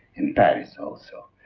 in paris also.